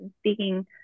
speaking